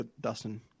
Dustin